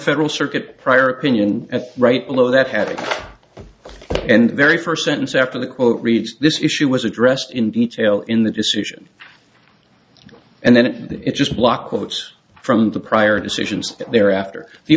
federal circuit prior opinion right below that had a and very first sentence after the quote reads this issue was addressed in detail in the decision and then it just block quotes from the prior decisions there after the